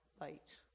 light